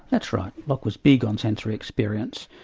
that's right, locke was big on sensory experience,